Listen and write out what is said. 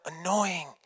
annoying